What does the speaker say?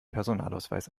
personalausweis